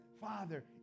Father